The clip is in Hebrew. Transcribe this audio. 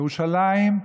ירושלים,